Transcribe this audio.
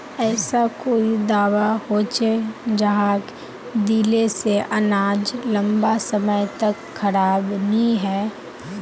ऐसा कोई दाबा होचे जहाक दिले से अनाज लंबा समय तक खराब नी है?